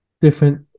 different